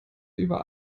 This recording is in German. über